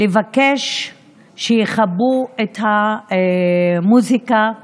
לבקש שיכבו את המוזיקה בחתונה,